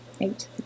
eight